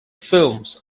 films